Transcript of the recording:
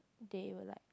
they will like